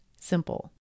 simple